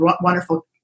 wonderful